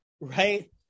right